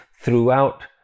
throughout